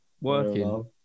working